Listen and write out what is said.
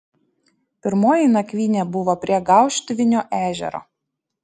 pirmoji nakvynė buvo prie gauštvinio ežero